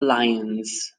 lions